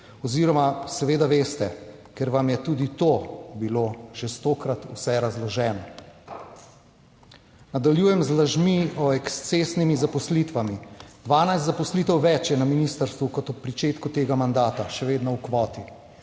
oziroma seveda veste, ker vam je tudi to bilo že stokrat vse razloženo. Nadaljujem z lažmi o ekscesnimi zaposlitvami. 12 zaposlitev več je na ministrstvu kot ob pričetku tega mandata še vedno v kvoti.